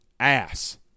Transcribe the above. ass